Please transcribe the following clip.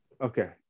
Okay